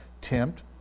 tempt